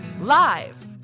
Live